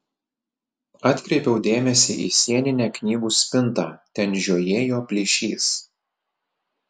atkreipiau dėmesį į sieninę knygų spintą ten žiojėjo plyšys